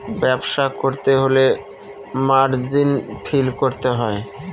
ব্যবসা করতে হলে মার্জিন ফিল করতে হয়